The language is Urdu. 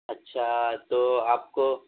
اچھا تو آپ کو